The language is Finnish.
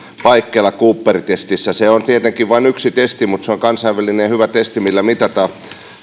paikkeilla cooperin testissä se on tietenkin vain yksi testi mutta se on kansainvälinen ja hyvä testi millä mitataan